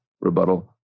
rebuttal